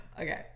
Okay